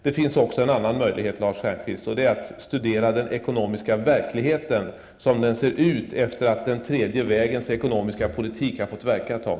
Det finns också, Lars Stjernkvist, en annan möjlighet, nämligen att studera den ekonomiska verkligheten som den ser ut efter det att den tredje vägens ekonomiska politik har fått verka ett tag.